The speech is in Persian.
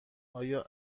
آیا